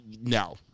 no